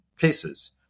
cases